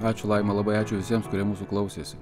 ačiū laima labai ačiū visiems kurie mūsų klausėsi